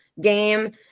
game